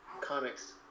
comics